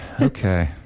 Okay